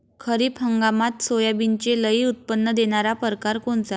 खरीप हंगामात सोयाबीनचे लई उत्पन्न देणारा परकार कोनचा?